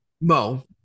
Mo